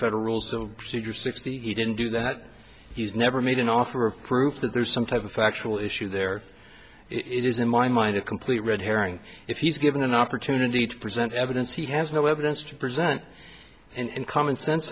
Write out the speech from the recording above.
federal rules of procedure sixty he didn't do that he's never made an offer of proof that there's some type of factual issue there it is in my mind a complete red herring if he's given an opportunity to present evidence he has no evidence to present and common sense